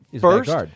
first